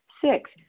Six